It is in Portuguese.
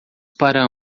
para